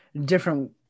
different